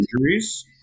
injuries